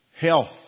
Health